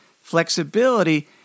flexibility